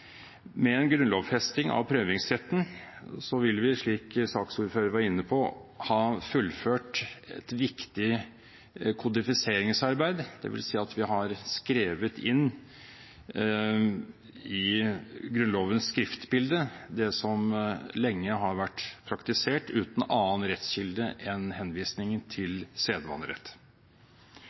Med en grunnlovfesting av prøvingsretten vil vi, slik saksordføreren var inne på, ha fullført et viktig kodifiseringsarbeid; dvs. at vi har skrevet inn i Grunnlovens skriftbilde det som lenge har vært praktisert uten annen rettskilde enn henvisningen